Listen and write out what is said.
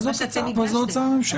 זו ההצעה הממשלתית.